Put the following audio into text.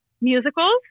Musicals